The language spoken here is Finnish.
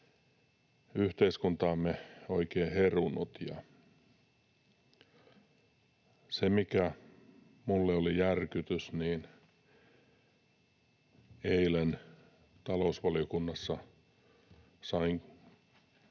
yhteiskuntaamme oikein herunut — niin se, mikä minulle oli järkytys, oli, että eilen talousvaliokunnassa sain kaivettua